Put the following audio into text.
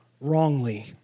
wrongly